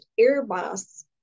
airbus